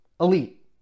Elite